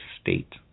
state